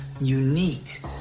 unique